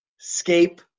Escape